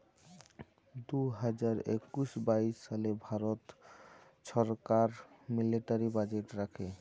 দু হাজার একুশ বাইশ সালে ভারত ছরকার মিলিটারি বাজেট রাখে